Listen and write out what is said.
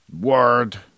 Word